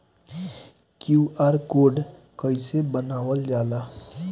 QR code कइसे बनवाल जाला?